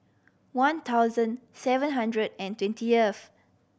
one thousand seven hundred and twentieth